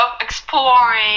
exploring